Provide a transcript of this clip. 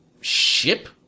ship